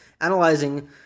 analyzing